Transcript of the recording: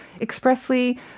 expressly